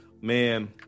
man